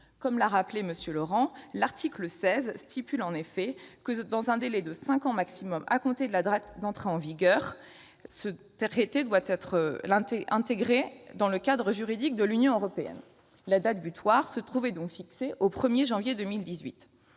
Comme l'a rappelé M. Laurent, l'article 16 précise que, dans un délai de cinq ans maximum à compter de sa date d'entrée en vigueur, le présent traité doit être intégré dans le cadre juridique de l'Union européenne. La date butoir se trouvait donc fixée au 1 janvier 2018.